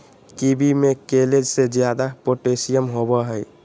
kiwi में केले से ज्यादा पोटेशियम होबो हइ